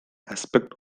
aspect